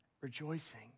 rejoicing